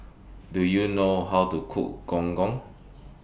Do YOU know How to Cook Gong Gong